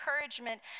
encouragement